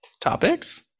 topics